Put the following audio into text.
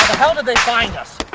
hell did they find us!